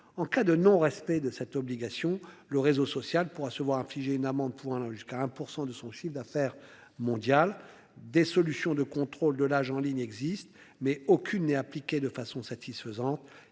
en cas de non respect de cette obligation. Le réseau social pourra se voir infliger une amende pouvant aller jusqu'à 1% de son chiffre d'affaires mondial des solutions de contrôle de l'âge en ligne existe, mais aucune n'est appliquée de façon satisfaisante,